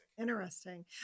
Interesting